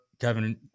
Kevin